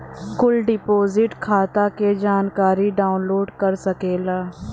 कुल डिपोसिट खाता क जानकारी डाउनलोड कर सकेला